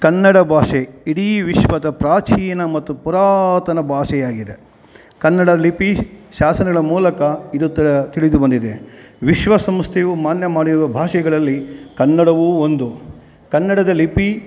ಕನ್ನಡ ಭಾಷೆ ಇಡೀ ವಿಶ್ವದ ಪ್ರಾಚೀನ ಮತ್ತು ಪುರಾತನ ಭಾಷೆಯಾಗಿದೆ ಕನ್ನಡ ಲಿಪಿ ಶಾಸನಗಳ ಮೂಲಕ ಇದು ತಿಳಿದು ಬಂದಿದೆ ವಿಶ್ವಸಂಸ್ಥೆಯು ಮಾನ್ಯ ಮಾಡಿರುವ ಭಾಷೆಗಳಲ್ಲಿ ಕನ್ನಡವೂ ಒಂದು ಕನ್ನಡದ ಲಿಪಿ